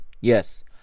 Yes